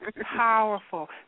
powerful